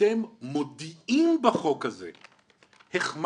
אתם מודיעים בחוק הזה החמרנו.